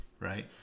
right